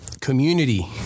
community